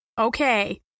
Okay